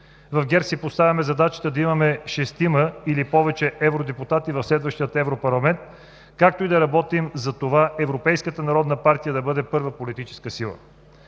В ГЕРБ си поставяме задачата да имаме шестима или повече евродепутати в следващия Европарламент, както и да работим за това Европейската народна партия да бъде първа политическа сила.